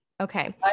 Okay